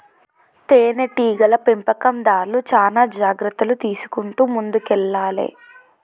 తేనె టీగల పెంపకందార్లు చానా జాగ్రత్తలు తీసుకుంటూ ముందుకెల్లాలే